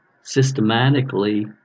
systematically